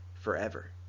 forever